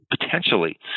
potentially